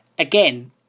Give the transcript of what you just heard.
Again